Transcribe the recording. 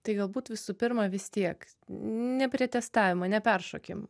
tai galbūt visų pirma vis tiek ne prie testavimo neperšokim